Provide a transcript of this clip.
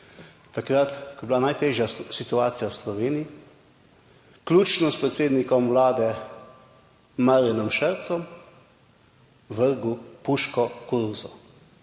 takrat, ko je bila najtežja situacija v Sloveniji, vključno s predsednikom Vlade Marjanom Šarcem vrgel puško v koruzo.